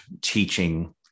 teaching